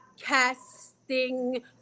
casting